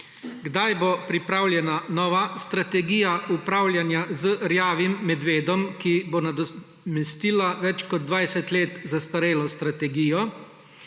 Kdaj bo pripravljena nova strategija upravljanja z rjavim medvedom, ki bo nadomestila več kot 20 let staro, zastarelo strategijo?